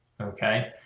Okay